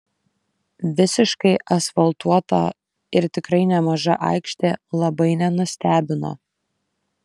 visiškai asfaltuota ir tikrai nemaža aikštė labai nenustebino